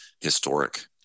historic